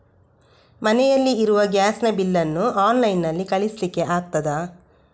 ಮನೆಯಲ್ಲಿ ಇರುವ ಗ್ಯಾಸ್ ನ ಬಿಲ್ ನ್ನು ಆನ್ಲೈನ್ ನಲ್ಲಿ ಕಳಿಸ್ಲಿಕ್ಕೆ ಆಗ್ತದಾ?